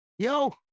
Yo